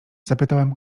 zapytałam